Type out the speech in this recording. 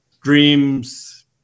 dreams